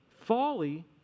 folly